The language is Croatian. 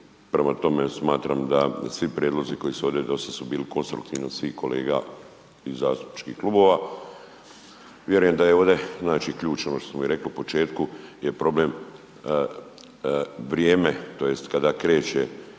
Prema tome smatram da svi prijedlozi koji su ovdje, dosta su bili konstruktivni od svih kolega i zastupničkih klubova, vjerujem da je ovdje, znači ključ ono što smo mi rekli i u početku je problem vrijeme tj. kada kreće